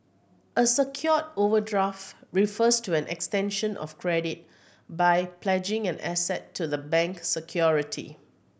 a secured overdraft refers to an extension of credit by pledging an asset to the bank security